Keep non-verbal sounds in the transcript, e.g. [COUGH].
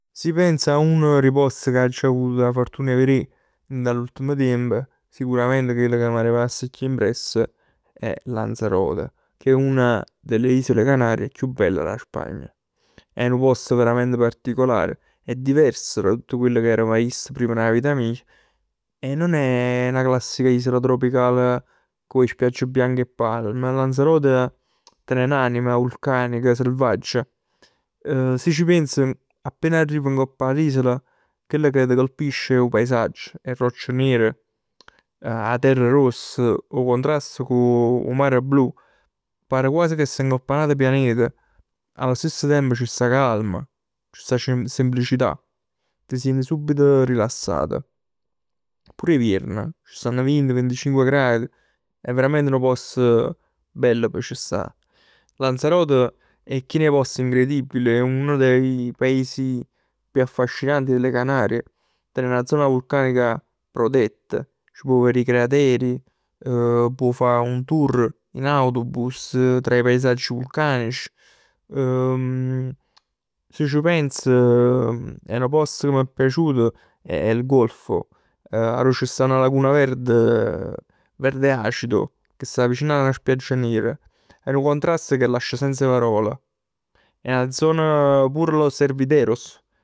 Si pens a uno d' 'e posti che aggio avut 'a fortuna 'e verè dint 'a l'ultimo tiemp, sicuramente chell ca m'è rimast chiù impresso è Lanzarote. Che è una delle Isole Canarie chiù bell d' 'a Spagna. È nu post veramente particolare, è diverso da tutto quello che avev vist prim dint 'a vita mij e non è 'na classica isola tropicale cu 'e spiaggie bianche e 'e palme. Lanzarote ten n'anima vulcanica, selvaggia. [HESITATION] Si c' pienz appen arriv ngopp 'a l'isola, chell ca ti colpisce è 'o paesaggio. 'E rocce nere, 'a terra rossa, 'o contrasto cu 'o mare blu. Pare quasi che staj ngopp 'a n'atu pianeta. Allo stesso tempo ci sta calma. Ci sta semplicità. T' sient subito rilassat. Pur 'e viern, ci stann vint, vinticinc gradi. È veramente nu post bello p' c' sta. Lanzarote è chin 'e post incredibili, è uno d' 'e paesi più affascinanti delle Canarie. Ten 'a zona vulcanica protetta. C' può verè 'e crateri, [HESITATION] può fa un tour in autobus tra 'e paesaggi vulcanici. [HESITATION] Si c' pens nu posto che m' è piaciut è il golfo, arò c' sta 'na laguna verde, verde acido. Che sta vicino 'a 'na spiaggia nera. È nu contrasto che lascia senza parole. È 'a zona Cueva de los verdes